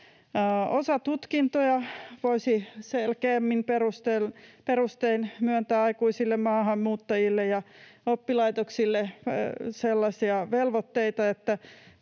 Osatutkintoja voisi selkeämmin perustein myöntää aikuisille maahanmuuttajille, ja oppilaitoksille voisi antaa sellaisia velvoitteita,